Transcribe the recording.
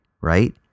right